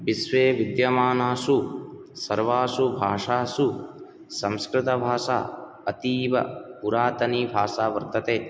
विश्वे विद्यामानासु सर्वासु भाषासु संस्कृतभाषा अतीव पुरातनी भाषा वर्तते